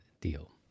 deal